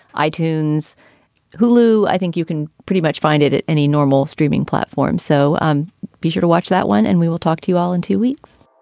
i-tunes hulu. i think you can pretty much find it at any normal streaming platform. so um be sure to watch that one. and we will talk to you all in two weeks